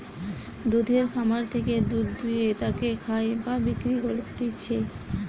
দুধের খামার থেকে দুধ দুয়ে তাকে খায় বা বিক্রি করতিছে